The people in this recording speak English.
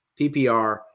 PPR